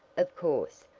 of course,